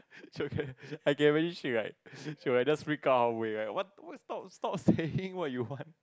is okay I guarantee she like she like just pick up halfway what what what you stop stop saying what you want